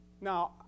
Now